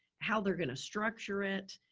how they're going to structure it,